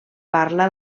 parla